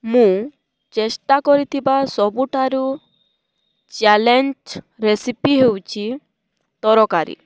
ମୁଁ ଚେଷ୍ଟା କରିଥିବା ସବୁଠାରୁ ଚ୍ୟାଲେଞ୍ଜ ରେସିପି ହେଉଛିି ତରକାରୀ